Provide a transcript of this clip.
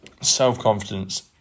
Self-confidence